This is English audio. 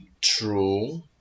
True